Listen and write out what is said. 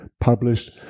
published